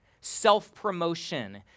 self-promotion